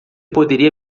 poderia